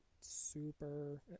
super